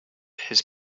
his